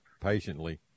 patiently